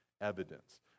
evidence